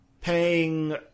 paying